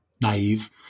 naive